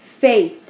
Faith